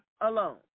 alone